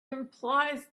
implies